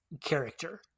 character